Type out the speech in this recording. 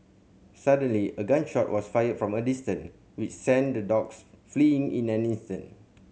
suddenly a gun shot was fired from a distance which sent the dogs fleeing in an instant